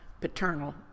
paternal